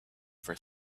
for